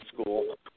school